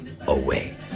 away